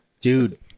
Dude